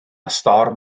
storm